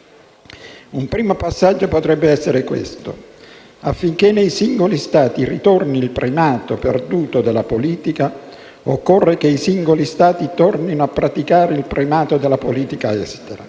Un primo passaggio potrebbe essere questo. Affinché nei singoli Stati ritorni il primato, perduto, della politica, occorre che i singoli Stati tornino a praticare il primato della politica estera.